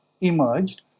emerged